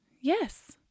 Yes